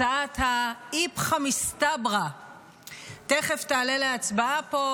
הצעת האיפכא מסתברא תכף תעלה להצבעה פה.